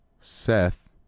Seth